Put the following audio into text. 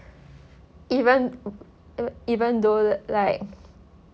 even even though like